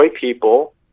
people